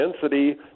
density